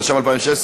התשע"ו 2016,